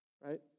right